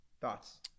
Thoughts